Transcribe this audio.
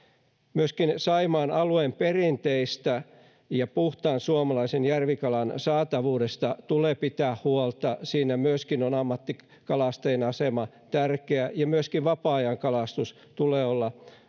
myöskin saimaan alueen perinteistä ja puhtaan suomalaisen järvikalan saatavuudesta tulee pitää huolta siinä myöskin on ammattikalastajien asema tärkeä ja myöskin vapaa ajankalastuksen tulee olla